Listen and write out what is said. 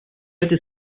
этой